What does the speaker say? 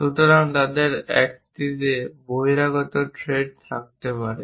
সুতরাং তাদের একটিতে বহিরাগত থ্রেড থাকতে পারে